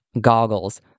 goggles